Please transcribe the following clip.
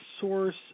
source